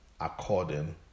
according